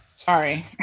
Sorry